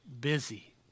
busy